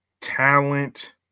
talent